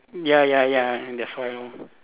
ya ya ya that's why lor